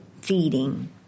feeding